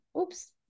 oops